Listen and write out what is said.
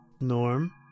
Norm